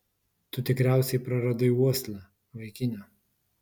tu tikriausiai praradai uoslę vaikine